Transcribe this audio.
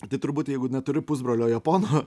tai turbūt jeigu neturi pusbrolio japono